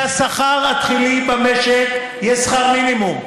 שהשכר התחילי במשק יהיה שכר מינימום,